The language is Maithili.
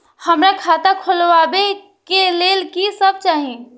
हमरा खाता खोलावे के लेल की सब चाही?